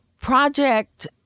project